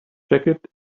jacket